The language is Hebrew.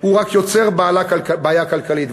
הוא רק יוצר בעיה כלכלית.